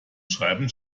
schreiben